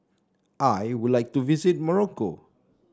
I would like to visit Morocco